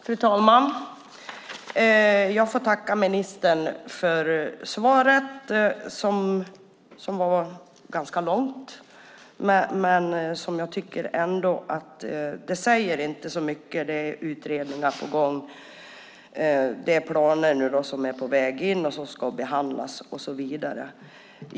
Fru talman! Jag får tacka ministern för svaret som var ganska långt men som jag ändå inte tycker säger så mycket. Det är utredningar på gång, planer på väg in som ska behandlas och så vidare.